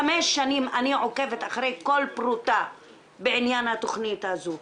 חמש שנים אני עוקבת אחרי כל פרוטה בעניין התוכנית הזו,